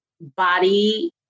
body